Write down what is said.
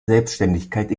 selbständigkeit